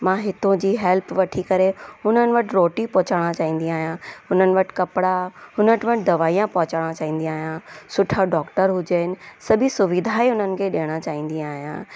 मां हिते जी हैल्प वठी करे उन्हनि वटि रोटी पहुचाइणु चाहींदी आहियां उन्हनि वटि कपिड़ा उन्हनि वटि दवाइयां पहुचाइणु चाहींदी आहियां सुठा डॉक्टर हुजणु सभई सुविधाऊं उन्हनि खे ॾियणु चाहींदी आहियां